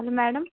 hello madam